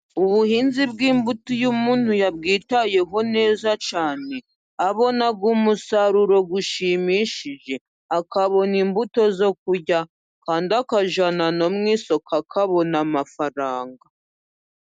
Ubuhinzi bw'imbuto iyo umuntu yabwitayeho neza cyane, abona umusaruro ushimishije, akabona imbuto zo kurya, kandi akajyana no mu isoko, akabona amafaranga.